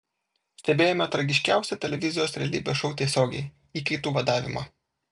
stebėjome tragiškiausią televizijos realybės šou tiesiogiai įkaitų vadavimą